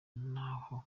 n’aho